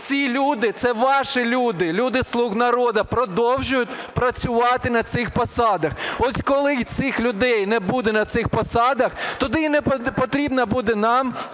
ці люди – це ваші люди, люди "слуг народу" продовжують працювати на цих посадах. Ось коли цих людей не буде на цих посадах, тоді й не потрібно буде нам